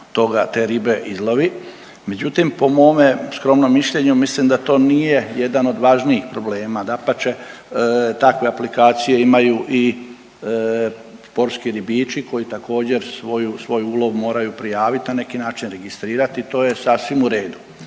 Međutim, po mome skromnom mišljenju mislim da to nije jedan od važnijih problema, dapače takve aplikacije imaju i sportski ribiči koji također svoju, svoj ulov moraju prijaviti na neki način, registrirati i to je sasvim u redu.